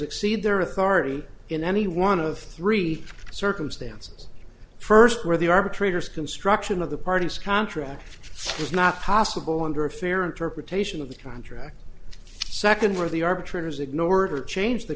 exceed their authority in any one of three circumstances first where the arbitrators construction of the parties contract is not possible under a fair interpretation of the contract second where the arbitrators ignore it or change the